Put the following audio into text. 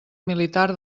militar